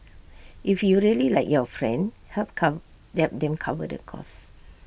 if you really like your friend help cover the them cover the cost